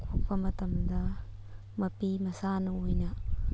ꯀꯣꯛꯄ ꯃꯇꯝꯗ ꯃꯄꯤ ꯃꯁꯥꯅ ꯑꯣꯏꯅ